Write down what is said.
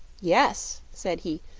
yes, said he,